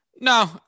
No